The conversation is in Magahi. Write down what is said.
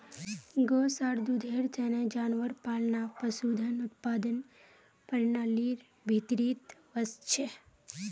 गोस आर दूधेर तने जानवर पालना पशुधन उत्पादन प्रणालीर भीतरीत वस छे